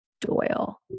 Doyle